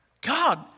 God